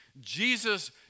Jesus